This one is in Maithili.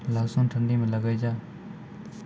लहसुन ठंडी मे लगे जा?